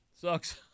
Sucks